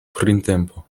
printempo